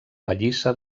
pallissa